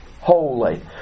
Holy